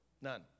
None